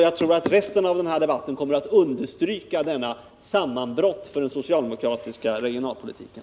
Jag tror att resten av den här debatten kommer att understryka detta sammanbrott för den socialdemokratiska regionalpolitiken.